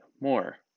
more